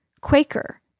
Quaker